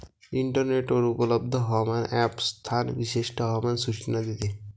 इंटरनेटवर उपलब्ध हवामान ॲप स्थान विशिष्ट हवामान सूचना देते